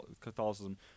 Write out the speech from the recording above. catholicism